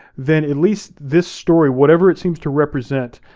then at least this story, whatever it seems to represent,